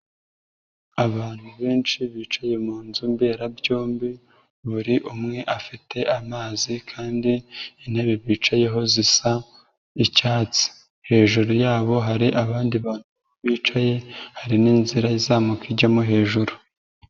Abantu benshi bicaye mu nzu mberabyombi buri umwe afite amazi kandi intebe bicayeho zisa icyatsi. Hejuru y'abo hari abandi bicaye, hari n'inzira izamuka ijyamo hejuru.